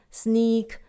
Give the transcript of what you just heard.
sneak